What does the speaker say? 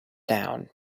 down